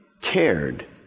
cared